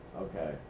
Okay